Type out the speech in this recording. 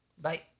Bye